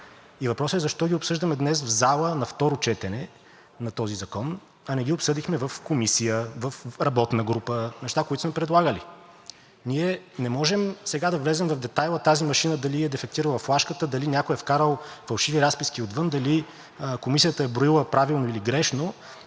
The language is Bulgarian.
Въпросът е защо ги обсъждаме днес в залата на второ четене на този закон, а не ги обсъдихме в Комисията, в работна група, неща, които сме предлагали. Ние не можем сега да влезем в детайла тази машина дали е дефектирала флашката, дали някой е вкарал фалшиви разписки отвън, дали комисията е броила правилно, или грешно,